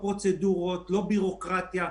שוחח איתי שר האוצר משה כחלון.